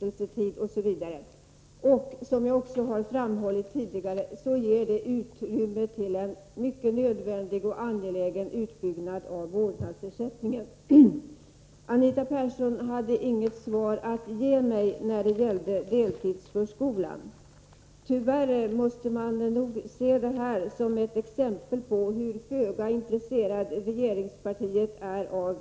Vårt förslag ger också, som jag tidigare har framhållit, utrymme för en mycket nödvändig och angelägen utbyggnad av vårdnadsersättningen. Anita Persson hade inget svar att ge mig när det gällde deltidsförskolan. Tyvärr måste man nog se det som ett exempel på hur föga intresserat regeringspartiet är av